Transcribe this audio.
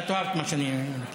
אתה תאהב את מה שאני אגיד.,